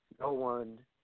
no-one